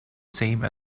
same